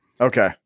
Okay